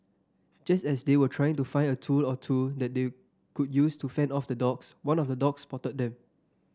just as they were trying to find a tool or two that they could use to fend off the dogs one of the dogs spotted them